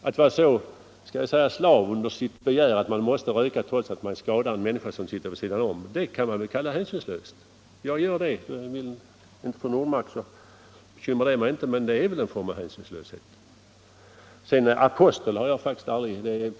Att så vara slav under sitt begär att man måste röka trots att man skadar en människa som sitter vid sidan om, det kan vi väl kalla hänsynslöst; jag gör det. Vill inte fru Normark göra det, så bekymrar det mig inte, men det är väl en form av hänsynslöshet. Apostel har jag faktiskt aldrig kallat mig.